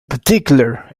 particular